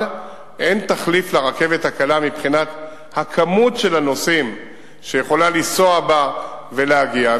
אבל אין תחליף לרכבת הקלה מבחינת כמות הנוסעים שיכולה לנסוע בה ולהגיע.